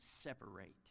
separate